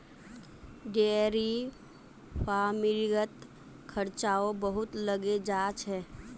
dairy फ़ार्मिंगत खर्चाओ बहुत लागे जा छेक